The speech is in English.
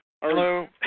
Hello